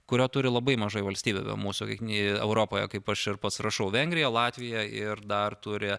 kurio turi labai mažai valstybių mūsų eikv europoje kaip aš ir pats rašau vengrija latvija ir dar turi